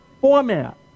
format